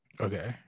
Okay